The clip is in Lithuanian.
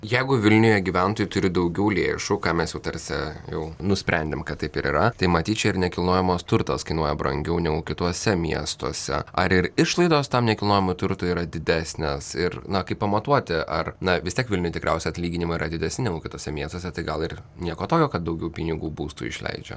jeigu vilniuje gyventojai turi daugiau lėšų ką mes jau tarsi jau nusprendėm kad taip ir yra tai matyt čia ir nekilnojamas turtas kainuoja brangiau negu kituose miestuose ar ir išlaidos tam nekilnojamui turtui yra didesnės ir na kaip pamatuoti ar na vis tiek vilniuje tikriausia atlyginimai yra didesni negu kituose miestuose tai gal ir nieko tokio kad daugiau pinigų būstui išleidžia